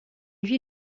lui